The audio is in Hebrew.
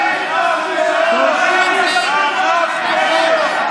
נא לשבת.